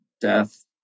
death